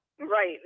Right